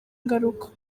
ingaruka